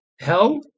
Hell